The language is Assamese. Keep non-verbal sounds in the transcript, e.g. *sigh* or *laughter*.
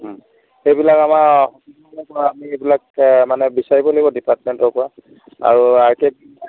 সেইবিলাক আমাক আমি সেইবিলাক মানে বিচাৰিব লাগিব ডিপাৰ্টমেণ্টৰ পৰা আৰু *unintelligible*